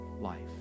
life